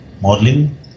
modeling